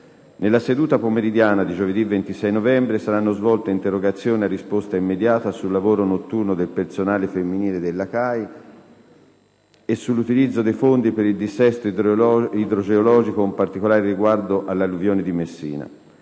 Nella seduta pomeridiana di giovedì 26 novembre saranno svolte interrogazioni a risposta immediata sul lavoro notturno del personale femminile della CAI S.p.A. e sull'utilizzo dei fondi per il dissesto idrogeologico con particolare riguardo all'alluvione di Messina.